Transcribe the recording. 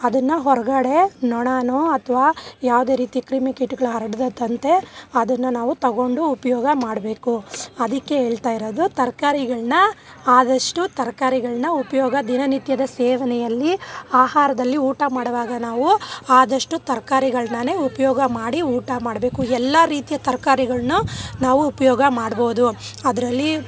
ಅದನ್ನ ಹೊರಗಡೆ ನೊಣವೋ ಅಥ್ವಾ ಯಾವುದೇ ರೀತಿ ಕ್ರಿಮಿಕೀಟಗಳು ಹರ್ಡ್ದಿದಂತೆ ಅದನ್ನು ನಾವು ತೊಗೊಂಡು ಉಪಯೋಗ ಮಾಡಬೇಕು ಅದಕ್ಕೆ ಹೇಳ್ತಾಯಿರೋದು ತರ್ಕಾರಿಗಳನ್ನ ಆದಷ್ಟು ತರ್ಕಾರಿಗಳನ್ನ ಉಪಯೋಗ ದಿನನಿತ್ಯದ ಸೇವನೆಯಲ್ಲಿ ಆಹಾರದಲ್ಲಿ ಊಟ ಮಾಡುವಾಗ ನಾವು ಆದಷ್ಟು ತರ್ಕಾರಿಗಳನ್ನೇ ಉಪಯೋಗ ಮಾಡಿ ಊಟ ಮಾಡಬೇಕು ಎಲ್ಲ ರೀತಿಯ ತರ್ಕಾರಿಗಳನ್ನ ನಾವು ಉಪಯೋಗ ಮಾಡ್ಬೋದು ಅದರಲ್ಲಿ